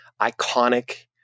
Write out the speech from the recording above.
iconic